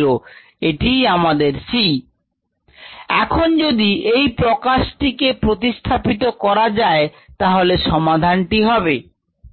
ln x0 μt0c এখন যদি এই প্রকাশটিকে প্রতিস্থাপিত করা যায় তাহলে সমাধানটি হবে ln x μtln